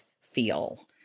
feel